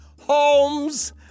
Holmes